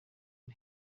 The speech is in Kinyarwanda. ari